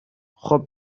خوب